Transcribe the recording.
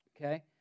Okay